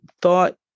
thought